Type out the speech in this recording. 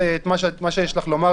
התקדים מאוד מסוכן.